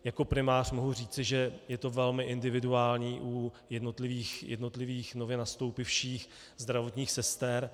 Jako primář mohu říci, že je to velmi individuální u jednotlivých nově nastoupivších zdravotních sester.